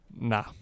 Nah